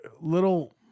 little